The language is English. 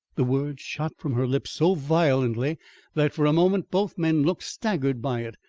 the word shot from her lips so violently that for a moment both men looked staggered by it.